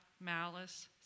malice